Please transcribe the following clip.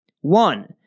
One